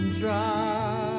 drive